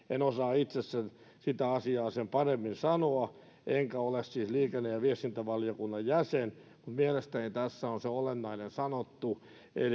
en osaa itse sitä asiaa sen paremmin sanoa enkä ole siis liikenne ja viestintävaliokunnan jäsen mutta mielestäni tässä on se olennainen sanottu eli